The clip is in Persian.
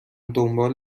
دنبال